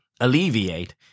alleviate